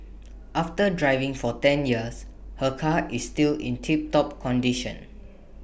after driving for ten years her car is still in tiptop condition